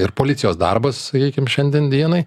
ir policijos darbas sakykim šiandien dienai